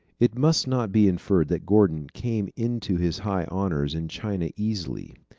it must not be inferred that gordon came into his high honors in china easily.